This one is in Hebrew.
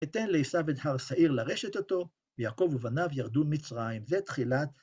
אתן לעשו את הר שעיר לרשת אותו ויעקב ובניו ירדו מצרים. ‫זו תחילת...